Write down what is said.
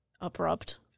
abrupt